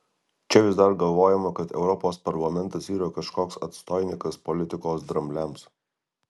čia vis dar galvojama kad europos parlamentas yra kažkoks atstoinikas politikos drambliams